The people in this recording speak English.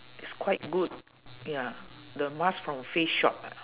it's quite good ya the mask from face shop